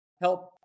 help